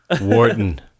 Wharton